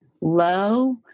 low